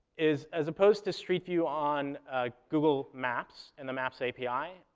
is, as opposed to street view on ah google maps and the maps api,